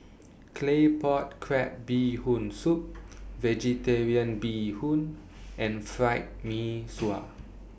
Claypot Crab Bee Hoon Soup Vegetarian Bee Hoon and Fried Mee Sua